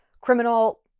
criminal